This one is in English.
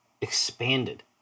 expanded